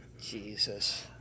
Jesus